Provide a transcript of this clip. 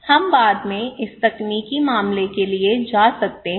हम बाद में इस तकनीकी मामले के लिए जा सकते हैं